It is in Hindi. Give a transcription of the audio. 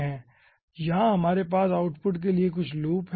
फिर यहां हमारे पास आउटपुट के लिए कुछ लूप हैं